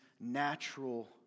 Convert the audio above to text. natural